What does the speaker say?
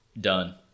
done